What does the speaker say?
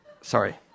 Sorry